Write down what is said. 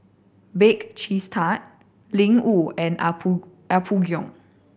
Bake Cheese Tart Ling Wu and Apgujeong